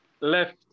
left